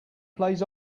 plays